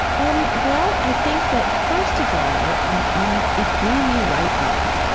um well, i think that, first of all, ah um it grew me right up.